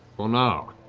well, now,